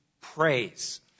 praise